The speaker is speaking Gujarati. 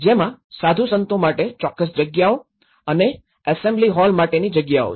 જેમાં સાધુ સંતો માટે ચોક્કસ જગ્યાઓ અને એસેમ્બલી હોલ માટેની જગ્યાઓ છે